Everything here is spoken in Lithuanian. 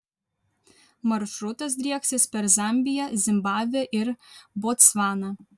maršrutas drieksis per zambiją zimbabvę ir botsvaną